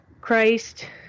Christ